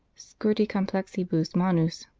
scorti complexibus manus.